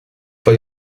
for